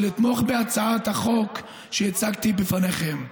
ולתמוך בהצעת החוק שהצגתי בפניכם.